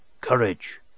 courage